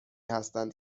هستند